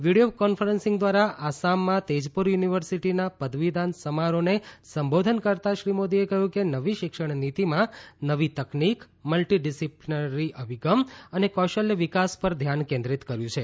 video conferencing દ્વારા આસામમાં તેજપુર યુનિવર્સિટીના પદવીદાન સમારોહને સંબોધન કરતાં શ્રીમોદીએ કહ્યું કે નવી શિક્ષણ નીતિમાં નવી તકનીક મલ્ટિ ડિસિપ્પ્લિનરી અભિગમ અને કૌશલ્ય વિકાસ પર ધ્યાન કેન્દ્રિત કર્યું છે